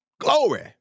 Glory